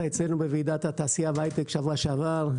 אצלנו בוועידת התעשייה והיי-טק שבוע שעבר.